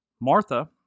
Martha